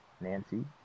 Nancy